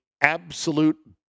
absolute